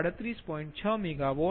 6 megawatt